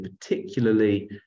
particularly